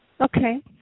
okay